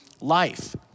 life